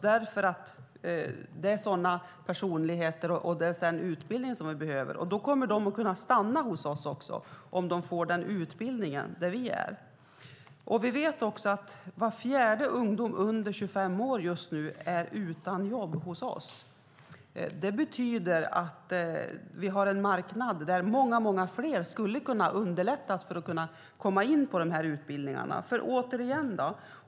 Det är sådana personligheter och den utbildning som vi behöver. De kommer att kunna stanna hos oss om de får den här utbildningen där vi är. Vi vet också att var fjärde ungdom under 25 år just nu är utan jobb hos oss. Det betyder att vi har en marknad där det skulle underlätta för många fler att kunna komma in på de här utbildningarna.